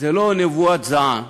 זו לא נבואת זעם,